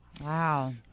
Wow